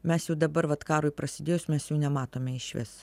mes jų dabar vat karui prasidėjus mes jų nematome išvis